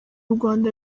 rwanda